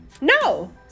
No